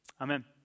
Amen